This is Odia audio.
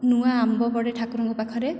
ନୂଆ ଆମ୍ବ ପଡ଼େ ଠାକୁରଙ୍କ ପାଖରେ